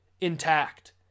intact